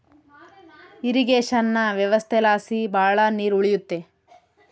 irrigation ವ್ಯವಸ್ಥೆಲಾಸಿ ಭಾಳ ನೀರ್ ಉಳಿಯುತ್ತೆ